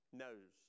knows